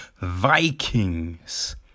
Vikings